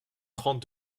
trente